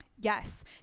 Yes